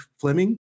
Fleming